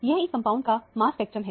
यह इस कंपाउंड का मांस स्पेक्ट्रम है